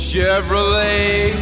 Chevrolet